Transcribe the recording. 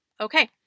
Okay